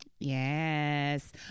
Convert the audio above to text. Yes